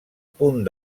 punt